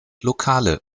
lokale